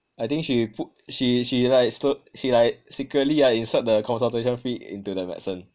I think she put she she like s~ she like secretly insert the consultation fee into the medicine